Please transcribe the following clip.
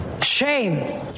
Shame